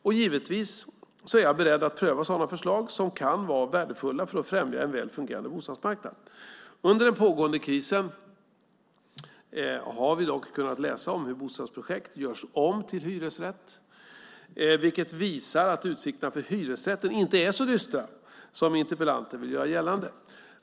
Och givetvis är jag beredd att pröva sådana förslag som kan vara värdefulla för att främja en väl fungerande bostadsmarknad. Under den pågående krisen har vi dock kunnat läsa om hur bostadsrättsprojekt görs om till hyresrätt, vilket visar att utsikterna för hyresrätten inte är så dystra som interpellanten vill göra gällande.